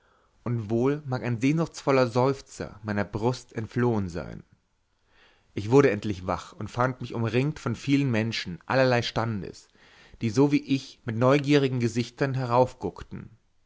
und wohl mag ein sehnsuchtsvoller seufzer meiner brust entflohen sein ich wurde endlich wach und fand mich umringt von vielen menschen allerlei standes die so wie ich mit neugierigen gesichtern